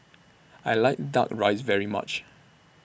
I like Duck Rice very much